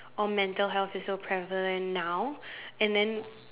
or mental health is so prevalent now and then